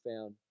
found